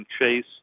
Chase